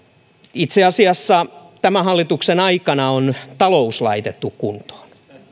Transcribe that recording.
itse asiassa tämän hallituksen aikana on talous laitettu kuntoon